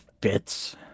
bits